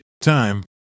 time